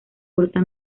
corta